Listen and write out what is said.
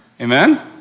Amen